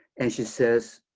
and she says,